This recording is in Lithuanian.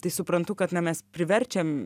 tai suprantu kad na mes priverčiam